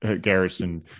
Garrison